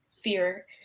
fear